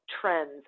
trends